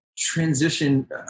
transition